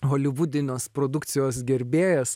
holivudinės produkcijos gerbėjas